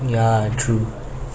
ya true